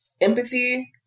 empathy